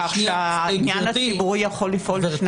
בנושאים